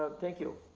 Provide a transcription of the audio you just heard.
um thank you.